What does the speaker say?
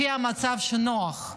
לפי המצב שנוח?